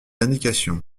indications